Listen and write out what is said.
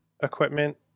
equipment